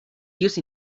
used